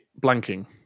blanking